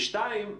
ושתיים,